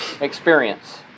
experience